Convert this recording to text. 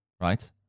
right